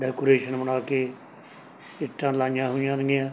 decoration ਬਣਾ ਕੇ ਇੱਟਾਂ ਲਾਈਆਂ ਹੋਈਆਂ ਨੇਗੀਆਂ